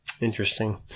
Interesting